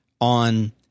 on